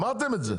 אמרתם את זה.